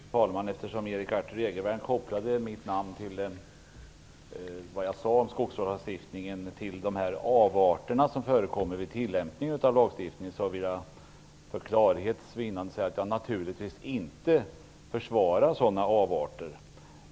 Fru talman! Eftersom Erik Arthur Egervärn kopplade det jag sade om skogsvårdslagstiftningen till de här avarterna som förekommer vid tillämpningen av lagstiftningen vill jag klargöra att jag naturligtvis inte försvarar sådana avarter.